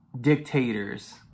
dictators